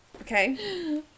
Okay